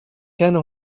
كان